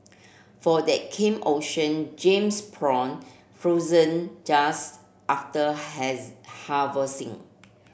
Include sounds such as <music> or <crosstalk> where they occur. for that came Ocean Gems prawn frozen just after <unintelligible> harvesting